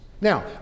Now